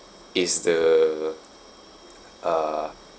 is the uh